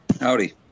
Howdy